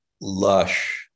lush